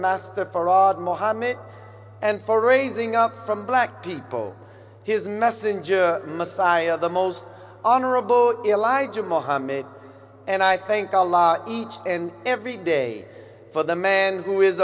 lord mohammad and for raising up from black people his messenger messiah the most honorable elijah mohammed and i think a lot each and every day for the man who is